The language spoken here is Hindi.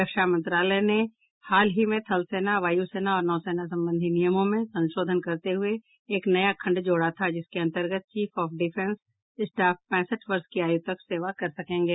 रक्षा मंत्रालय ने हाल ही में थलसेना वायुसेना और नौसेना संबंधी नियमों में संशोधन करते हुए एक नया खण्ड जोड़ा था जिसके अंतर्गत चीफ ऑफ डिफेंस स्टॉफ पैंसठ वर्ष की आयु तक सेवा कर सकेंगे